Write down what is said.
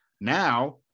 now